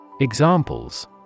Examples